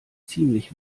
ziemlich